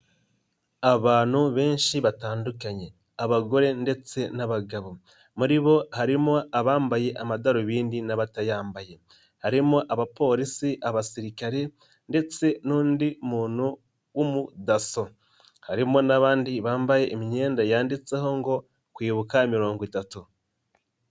Abantu benshi batandukanye. Abagore ndetse n'abagabo. Muri bo harimo abambaye amadarubindi n'abatayambaye. Harimo abapolisi, abasirikare ndetse n'undi muntu w'umudaso. Harimo n'abandi bambaye imyenda yanditseho ngo kwibuka mirongo itatu.